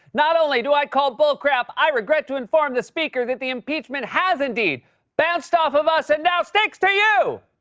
not only do i call bullcrap, i regret to inform the speaker the the impeachment has indeed bounced off of us and now sticks to you!